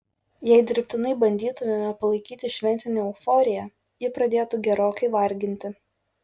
jei dirbtinai bandytumėme palaikyti šventinę euforiją ji pradėtų gerokai varginti